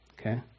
Okay